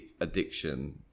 addiction